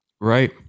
Right